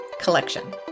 collection